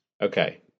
Okay